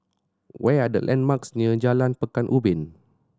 what are the landmarks near Jalan Pekan Ubin